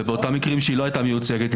ובאותם מקרים שהיא לא הייתה מיוצגת,